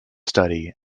study